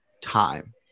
time